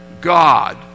God